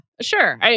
Sure